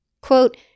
Quote